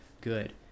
good